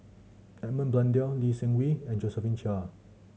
Edmund Blundell Lee Seng Wee and Josephine Chia